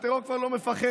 הטרור כבר לא מפחד.